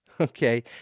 okay